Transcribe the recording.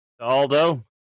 Aldo